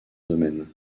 domaine